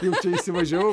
jau čia įsivažiavau